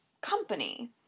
company